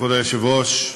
כבוד היושב-ראש,